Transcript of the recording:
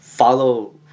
Follow